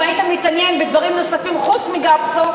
אם היית מתעניין בדברים נוספים חוץ מגפסו,